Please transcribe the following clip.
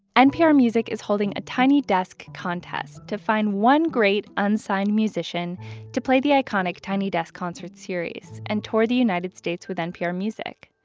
npr music is holding a tiny desk contest to find one great unsigned musician to play the iconic tiny desk concert series and tour the united states with npr music.